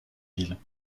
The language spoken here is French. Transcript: villes